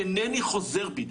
אינני חוזר בי.